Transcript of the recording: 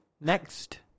Next